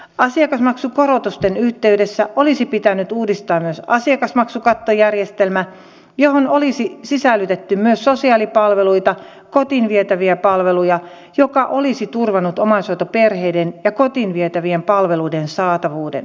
asiakasmaksukorotusten yhteydessä olisi pitänyt uudistaa myös asiakasmaksukattojärjestelmä johon olisi sisällytetty myös sosiaalipalveluita kotiin vietäviä palveluja mikä olisi turvannut omaishoitoperheiden ja kotiin vietävien palveluiden saatavuuden